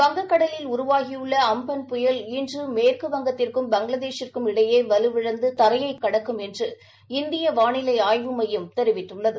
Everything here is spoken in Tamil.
வங்கக்கடலில் உருவாகியுள்ள அம்பன் புயல் இன்று மேற்குவங்கத்திற்கும் பங்களாதேஷிற்கும் இடையே வலுவிழந்து தரையைக் கடக்கும் என்று இந்திய வாளிலை ஆய்வு மையம் தெரிவித்துள்ளது